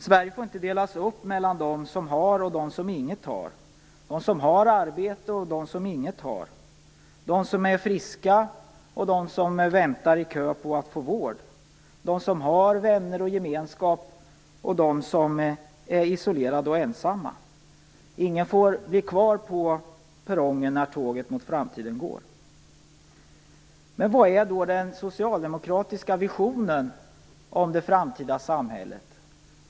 Sverige får inte delas upp mellan "de som har" och "de som inget har": de som har arbete och de som inget har, de som är friska och de som väntar i kö för att få vård, de som har vänner och gemenskap och de som är isolerade och ensamma. Ingen får bli kvar på perrongen när tåget mot framtiden går. Men vilken är då den socialdemokratiska visionen om det framtida samhället?